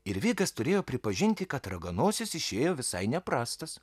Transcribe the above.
ir vigas turėjo pripažinti kad raganosis išėjo visai neprastas